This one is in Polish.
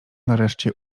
nareszcie